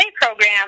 program